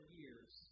years